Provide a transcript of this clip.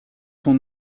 son